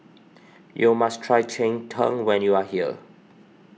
you must try Cheng Tng when you are here